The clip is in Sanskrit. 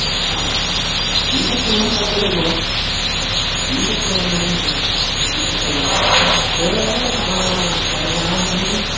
हा ईषत् न्यूनं कर्तव्यं भो ईषत् न्यूनं भवति न्यूनं कर्तव्यं ते दशजनाः सन्ति